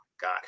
God